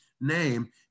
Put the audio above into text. name